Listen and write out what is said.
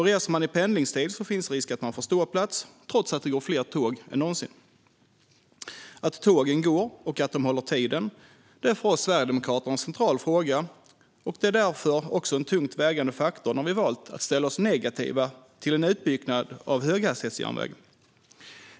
Reser man i pendlingstid finns det risk att man får ståplats, trots att det går fler tåg än någonsin. Att tågen går och att de håller tiden är för oss sverigedemokrater en central fråga, och det är också en tungt vägande faktor när vi valt att ställa oss negativa till en utbyggnad av höghastighetsjärnväg.